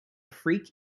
freak